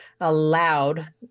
allowed